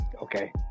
Okay